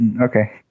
Okay